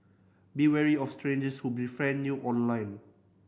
be wary of strangers who befriend you online